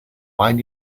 while